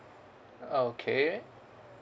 okay